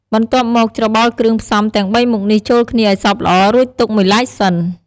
បន្ទាប់មក ច្របល់គ្រឿងផ្សំទាំងបីមុខនេះចូលគ្នាឱ្យសព្វល្អ រួចទុកមួយឡែកសិន។